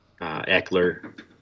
Eckler